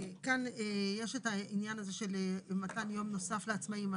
כאן יש את העניין של מתן יום נוסף לעצמאים,